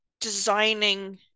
designing